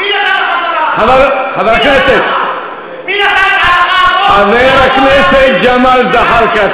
חבר הכנסת, חבר הכנסת ג'מאל זחאלקה.